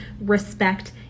respect